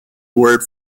word